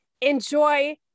enjoy